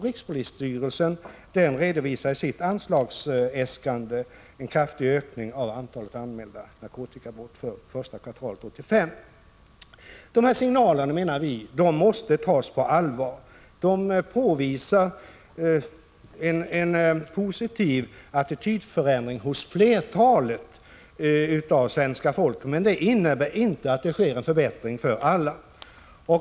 Rikspolisstyrelsen redovisar i sitt anslagsäskande en kraftig ökning av antalet anmälda narkotikabrott för första kvartalet 1985. Vi menar att dessa signaler måste tas på allvar. De påvisar en positiv attitydförändring hos flertalet svenskar, men det innebär inte att det sker en förbättring för alla.